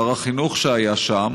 שר החינוך, שהיה שם,